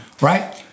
right